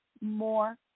more